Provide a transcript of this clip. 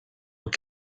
were